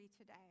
today